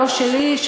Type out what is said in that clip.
לא שלי,